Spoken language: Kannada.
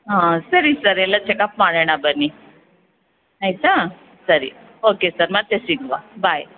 ಹಾಂ ಸರಿ ಸರ್ ಎಲ್ಲ ಚಕಪ್ ಮಾಡೋಣ ಬನ್ನಿ ಆಯಿತಾ ಸರಿ ಓಕೆ ಸರ್ ಮತ್ತೆ ಸಿಗುವ ಬಾಯ್